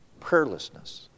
prayerlessness